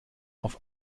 auf